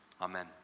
Amen